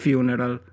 Funeral